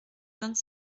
vingt